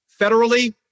federally